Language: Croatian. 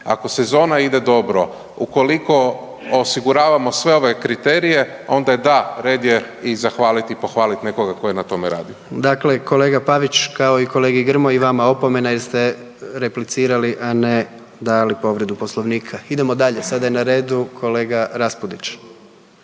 ako sezona ide dobro, ukoliko osiguravamo sve ove kriterije, onda je da, red je i zahvaliti i pohvaliti nekoga tko je na tome radio. **Jandroković, Gordan (HDZ)** Dakle, kolega Pavić, kao i kolegi Grmoji i vama opomena jer ste replicirali, a ne dali povredu Poslovnika. Idemo dalje, sada je na redu kolega Raspudić.